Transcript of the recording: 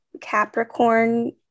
Capricorn